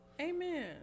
Amen